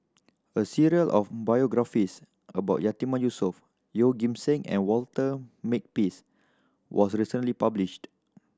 a series of biographies about Yatiman Yusof Yeoh Ghim Seng and Walter Makepeace was recently published